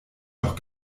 doch